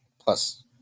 plus